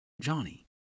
Johnny